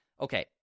Okay